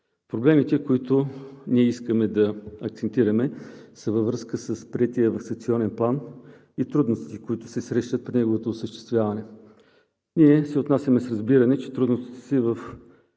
Проблемите, на които ние искаме да акцентираме, са във връзка с Приетия ваксинационен план и трудностите, които се срещат при неговото осъществяване. Ние се отнасяме с разбиране, че трудностите в